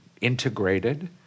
integrated